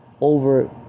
over